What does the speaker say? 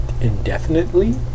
indefinitely